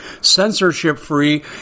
censorship-free